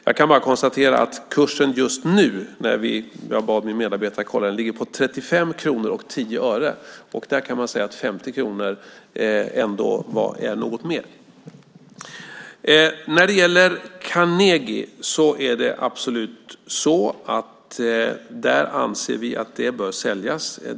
Jag kan bara konstatera att kursen just nu - jag bad min medarbetare kolla det - ligger på 35:10 kronor, och 50 kronor är ändå något mer. När det gäller Carnegie anser vi absolut att denna bank bör säljas.